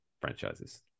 franchises